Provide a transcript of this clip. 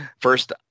First